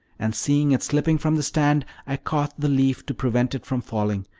and seeing it slipping from the stand i caught the leaf to prevent it from falling,